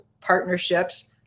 partnerships